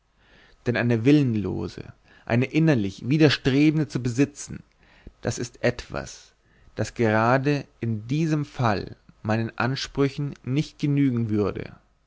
denn eine willenlose eine innerlich widerstrebende zu besitzen das ist etwas das gerade in diesem falle meinen ansprüchen nicht genügen würde